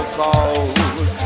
cold